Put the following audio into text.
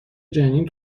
جنین